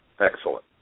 Excellent